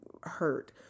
hurt